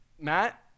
Matt